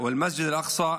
מסג'ד אל-אקצא,